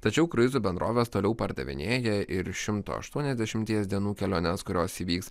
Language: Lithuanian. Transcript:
tačiau kruizų bendrovės toliau pardavinėja ir šimto aštuoniasdešimties dienų keliones kurios įvyks